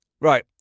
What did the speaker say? Right